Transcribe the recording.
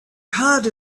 heard